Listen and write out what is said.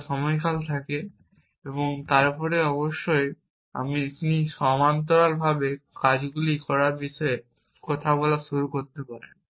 যার সময়কাল থাকে এবং তারপরে অবশ্যই আপনি সমান্তরালভাবে কাজগুলি করার বিষয়ে কথা বলা শুরু করতে পারেন